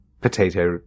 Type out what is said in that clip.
potato